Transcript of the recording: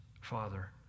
Father